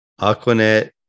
Aquanet